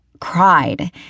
cried